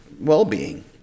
well-being